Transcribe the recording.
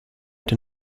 did